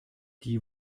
die